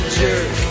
jerk